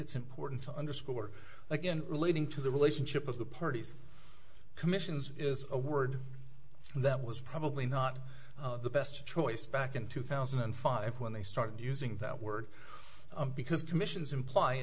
it's important to underscore again relating to the relationship of the parties commissions is a word that was probably not the best choice back in two thousand and five when they started using that word because commissions imply